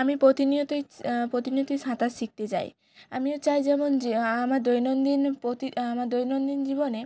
আমি প্রতিনিয়তই স প্রতিনিয়তই সাঁতার শিখতে যাই আমিও চাই যেমন যে আমার দৈনন্দিন প্রতি আমার দৈনন্দিন জীবনে